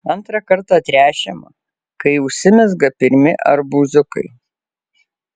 antrą kartą tręšiama kai užsimezga pirmi arbūziukai